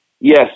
Yes